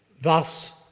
Thus